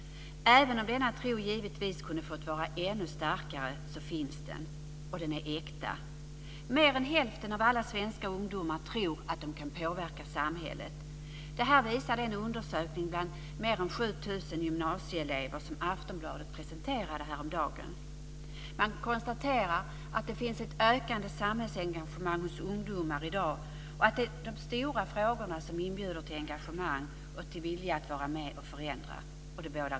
Även om denna tro givetvis kunde få vara ännu starkare finns den, och den är äkta. Mer än hälften av alla svenska ungdomar tror att de kan påverka samhället. Det här visar den undersökning bland mer än 7 000 gymnasieelever som Aftonbladet presenterade häromdagen. Man konstaterar att det finns ett ökande samhällsengagemang hos ungdomar i dag och att det är de stora frågorna som inbjuder till engagemang och till vilja att vara med och förändra. Det bådar gott.